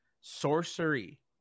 sorcery